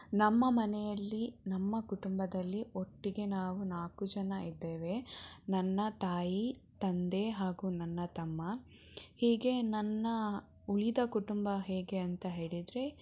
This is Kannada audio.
ನಮ್ಮ ಮನೆಯಲ್ಲಿ ನಮ್ಮ ಕುಟುಂಬದಲ್ಲಿ ಒಟ್ಟಿಗೆ ನಾವು ನಾಲ್ಕು ಜನ ಇದ್ದೇವೆ ನನ್ನ ತಾಯಿ ತಂದೆ ಹಾಗೂ ನನ್ನ ತಮ್ಮ ಹೀಗೆ ನನ್ನ ಉಳಿದ ಕುಟುಂಬ ಹೇಗೆ ಅಂತ ಹೇಳಿದರೆ